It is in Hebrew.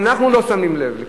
ואנחנו לא שמים לב לכך.